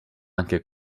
anche